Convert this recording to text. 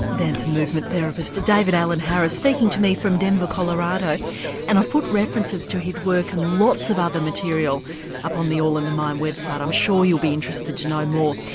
dance and movement therapist david alan harris speaking to me from denver colorado and i've put references to his work and lots of other material up on the all in the mind website, i'm sure you'll be interested to know more.